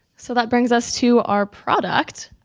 so that brings us to our product,